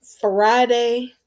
Friday